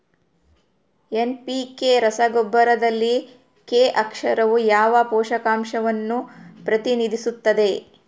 NPK ರಸಗೊಬ್ಬರದಲ್ಲಿ K ಅಕ್ಷರವು ಯಾವ ಪೋಷಕಾಂಶವನ್ನು ಪ್ರತಿನಿಧಿಸುತ್ತದೆ?